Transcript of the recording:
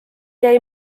jäi